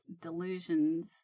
delusions